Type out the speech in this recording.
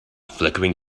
flickering